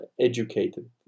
educated